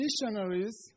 missionaries